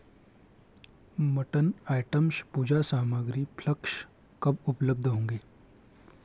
mutton items puja सामाग्री फ्लक्श कब उपलब्ध होंगे